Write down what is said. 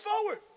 forward